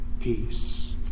peace